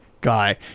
guy